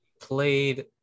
played